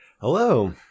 Hello